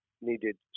needed